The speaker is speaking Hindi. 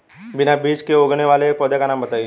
बिना बीज के उगने वाले एक पौधे का नाम बताइए